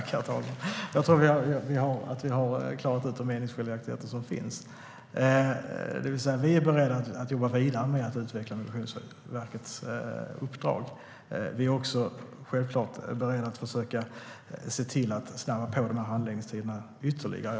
Herr talman! Jag tror att vi har klarat ut de meningsskiljaktigheter som finns. Vi är alltså beredda att jobba vidare med att utveckla Migrationsverkets uppdrag, och vi är självklart beredda att försöka snabba på handläggningstiderna ytterligare.